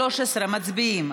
13, מצביעים.